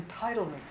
entitlement